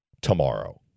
tomorrow